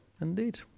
Indeed